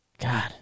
God